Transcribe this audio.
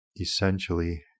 essentially